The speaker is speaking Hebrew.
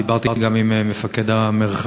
אני דיברתי גם עם מפקד המרחב,